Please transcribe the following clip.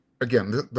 again